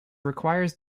requires